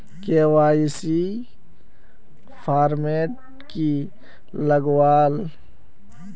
KYC format की लगावल?